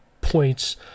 points